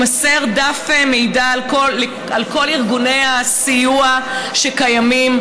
יימסר דף מידע על כל ארגוני הסיוע שקיימים,